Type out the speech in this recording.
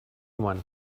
one